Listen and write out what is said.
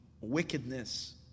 wickedness